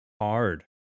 hard